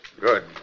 Good